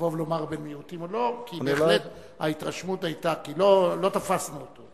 לבוא ולומר "בן מיעוטים", כי לא תפסנו אותו.